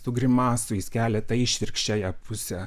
tų grimasų jis kelia tą išvirkščiąją pusę